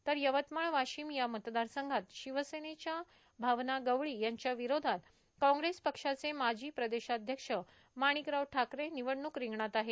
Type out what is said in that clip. तर यवतमाळ वाशिम या मतदारसंघात शिवसेनेच्या भावना गवळी यांच्या विरोधात कांग्रेस पक्षाचे माजी प्रदेशाध्यक्ष माणिकराव ठाकरे निवडणूक रिंगणात आहेत